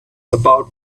about